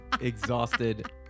exhausted